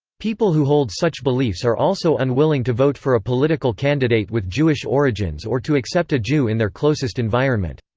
people who hold such beliefs are also unwilling to vote for a political candidate with jewish origins or to accept a jew in their closest environment.